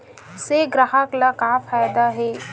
से ग्राहक ला का फ़ायदा हे?